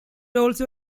also